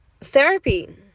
therapy